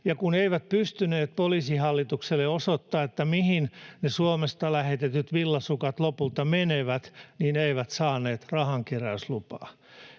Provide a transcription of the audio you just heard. ja kun eivät pystyneet Poliisihallitukselle osoittamaan, mihin ne Suomesta lähetetyt villasukat lopulta menevät, niin eivät saaneet rahankeräyslupaa.